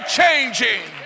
changing